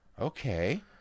okay